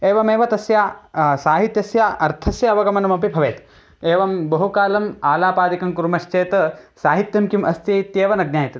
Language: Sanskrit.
एवमेव तस्य साहित्यस्य अर्थस्य अवगमनमपि भवेत् एवं बहुकालम् आलापादिकं कुर्मश्चेत् साहित्यं किम् अस्ति इत्येव न ज्ञायते